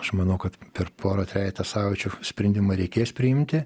aš manau kad per porą trejetą savaičių sprendimą reikės priimti